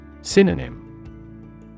Synonym